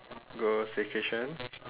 go staycation